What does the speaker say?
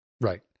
Right